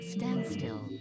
Standstill